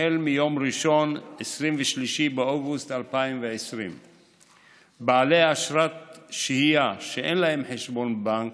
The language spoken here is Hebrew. החל ביום ראשון 23 באוגוסט 2020. בעלי אשרת שהייה שאין להם חשבון בנק